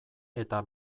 eta